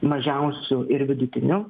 mažiausių ir vidutinių